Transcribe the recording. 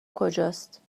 کجاست